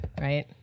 right